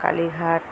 Kalighat